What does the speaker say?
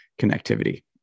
connectivity